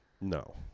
No